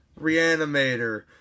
Reanimator